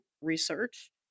research